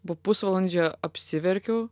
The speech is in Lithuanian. po pusvalandžio apsiverkiau